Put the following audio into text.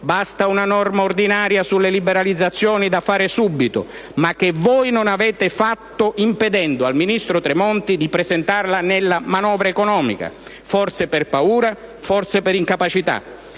Basta una norma ordinaria sulle liberalizzazioni da fare subito, ma che voi non avete fatto, impedendo al ministro Tremonti di presentarla nella manovra economica, forse per paura o per incapacità.